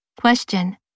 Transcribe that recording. Question